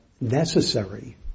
necessary